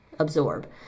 absorb